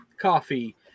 coffee